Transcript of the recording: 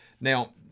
Now